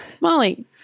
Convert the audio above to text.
Molly